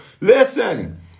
listen